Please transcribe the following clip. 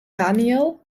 daniël